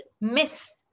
miss